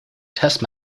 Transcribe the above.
test